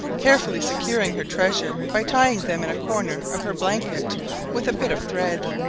carefully securing her treasure by tying them in a corner of her blanket with a bit of thread.